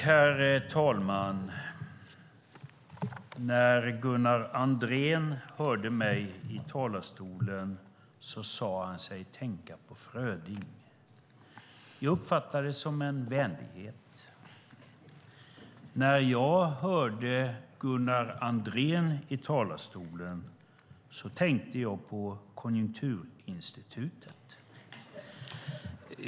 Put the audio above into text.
Herr talman! När Gunnar Andrén hörde mig i talarstolen sade han sig tänka på Fröding. Jag uppfattade det som en vänlighet. När jag hörde Gunnar Andrén i talarstolen tänkte jag på Konjunkturinstitutet.